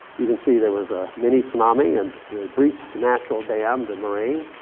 you can see there was a mini-tsunami and breached the natural dam, the moraine.